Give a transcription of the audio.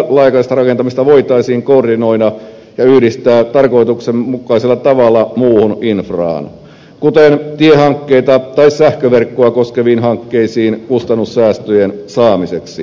laajakaistarakentamista voitaisiin koordinoida ja yhdistää tarkoituksenmukaisella tavalla muuhun infraan kuten tiehankkeita tai sähköverkkoa koskeviin hankkeisiin kustannussäästöjen saamiseksi